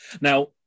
Now